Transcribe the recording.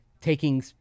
taking